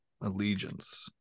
Allegiance